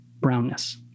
brownness